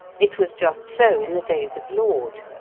it was just so in the days of laud.